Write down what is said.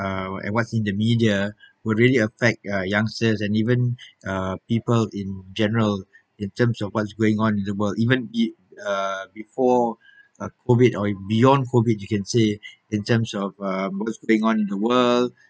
uh what and what's in the media would really affect uh youngsters and even uh people in general in terms of what's going on in the world even it uh before uh COVID or beyond COVID you can say in terms of uh what's going on in the world